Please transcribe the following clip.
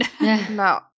No